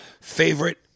Favorite